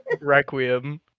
Requiem